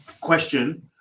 question